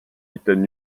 étaient